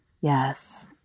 Yes